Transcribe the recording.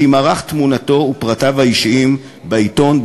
יימרחו תמונתו ופרטיו האישיים בעיתון,